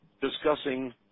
discussing